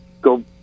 go